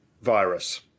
Virus